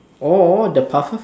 or the pufferfish